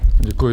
Děkuji.